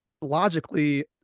logically